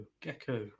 gecko